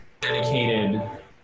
dedicated